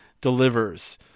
delivers